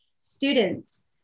students